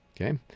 Okay